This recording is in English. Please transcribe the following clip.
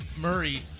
Murray